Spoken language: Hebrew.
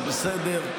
זה בסדר.